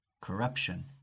corruption